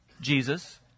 Jesus